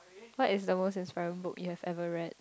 what is the most inspiring book you have ever read